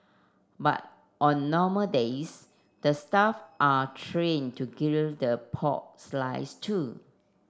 but on normal days the staff are trained to grill the pork slices too